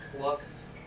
plus